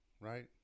right